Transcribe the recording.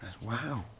wow